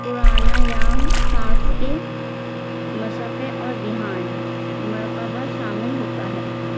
پرانا ام سانس کے مشقے اور دیہان مرقبہ شامل ہوتا ہے